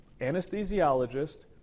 anesthesiologist